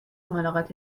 ملاقات